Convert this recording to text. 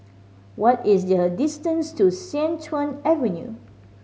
what is the distance to Sian Tuan Avenue